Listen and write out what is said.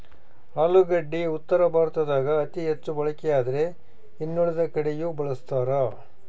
ಆಲೂಗಡ್ಡಿ ಉತ್ತರ ಭಾರತದಾಗ ಅತಿ ಹೆಚ್ಚು ಬಳಕೆಯಾದ್ರೆ ಇನ್ನುಳಿದ ಕಡೆಯೂ ಬಳಸ್ತಾರ